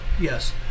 Yes